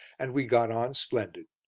and we got on splendid.